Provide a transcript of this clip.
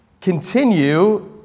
continue